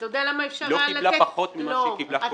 אף אישה לא קיבלה פחות ממה שקיבלה קודם.